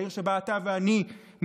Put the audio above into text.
העיר שבה אתה ואני מתגוררים,